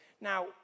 Now